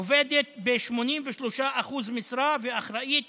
היא עובדת ב-83% משרה ואחראית